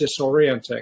disorienting